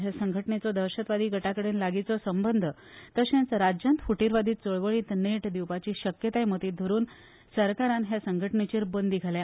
हे संघटणेचो आतंकवादी गटां कडेन लागींचो संबंद तशेंच राज्यांत फुटीरवादी चवळवळीत नेट दिवपाची शक्यताय मतींत धरून सरकारान हे संघटणेचेर बंदी घाल्या